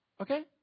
Okay